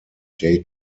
day